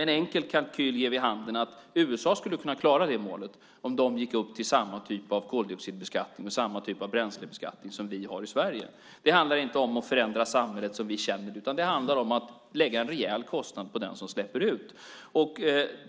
En enkel kalkyl kan ge vid handen att USA skulle kunna klara det målet om de gick upp till samma typ av koldioxidbeskattning och samma typ av bränslebeskattning som vi i Sverige har. Det handlar inte om att förändra samhället, känner vi, utan det handlar om att lägga en rejäl kostnad på den som släpper ut.